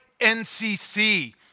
NCC